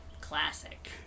classic